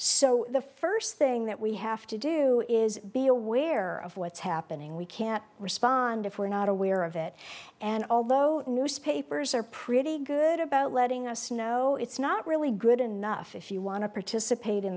so the first thing that we have to do is be aware of what's happening we can't respond if we're not aware of it and although newspapers are pretty good about letting us know it's not really good enough if you want to participate in